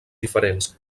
diferents